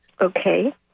Okay